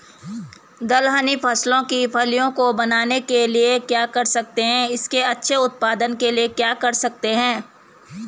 दलहनी फसलों की फलियों को बनने के लिए क्या कर सकते हैं इसके अच्छे उत्पादन के लिए क्या कर सकते हैं?